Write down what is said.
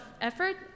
effort